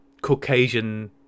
Caucasian